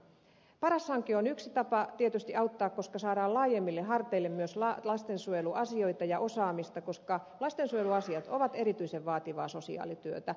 paras hanke on yksi tapa tietysti auttaa koska saadaan laajemmille harteille myös lastensuojeluasioita ja osaamista koska lastensuojeluasiat ovat erityisen vaativaa sosiaalityötä